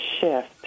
shift